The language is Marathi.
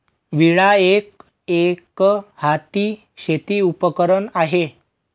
विळा एक, एकहाती शेती उपकरण आहे